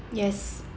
yes